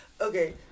Okay